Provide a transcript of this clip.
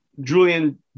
Julian